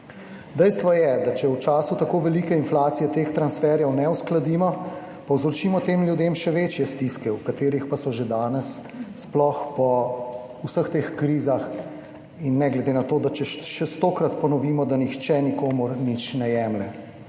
Dejstvo je, da če v času tako velike inflacije teh transferjev ne uskladimo, povzročimo tem ljudem še večje stiske, v katerih pa so že danes, sploh po vseh teh krizah, in ne glede na to, če še stokrat ponovimo, da nihče nikomur nič ne jemlje.